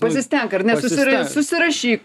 pasistenk ar ne susir susirašyk